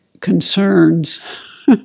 concerns